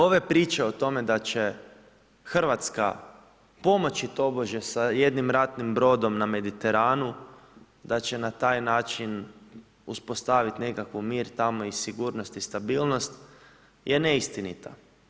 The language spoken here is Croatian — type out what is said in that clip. Ove priče o tome da će RH pomoći tobože sa jednim ratnim brodom na Mediteranu, da će na taj način uspostaviti nekakav mir tamo i sigurnosti i stabilnost je neistinita.